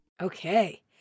Okay